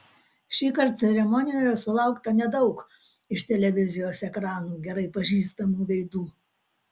šįkart ceremonijoje sulaukta nedaug iš televizijos ekranų gerai pažįstamų veidų